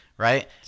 Right